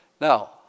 Now